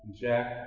Jack